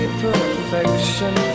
perfection